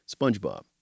Spongebob